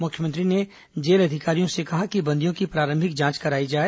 मुख्यमंत्री ने जेल अधिकारियों से कहा कि बंदियों की प्रारंभिक जांच कराई जाए